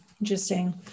Interesting